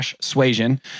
suasion